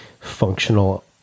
functional